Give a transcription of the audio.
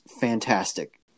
fantastic